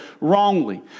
wrongly